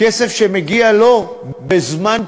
כסף שמגיע לו בזמן פטירתו,